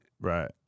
Right